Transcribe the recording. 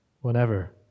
whenever